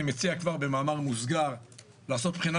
אני מציע כבר במאמר מוסגר לעשות בחינה